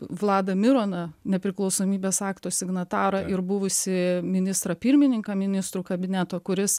vladą mironą nepriklausomybės akto signatarą ir buvusį ministrą pirmininką ministrų kabineto kuris